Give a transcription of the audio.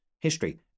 history